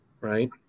Right